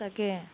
তাকে